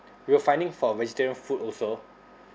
we were finding for vegetarian food also